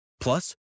Plus